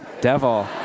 devil